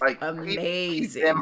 amazing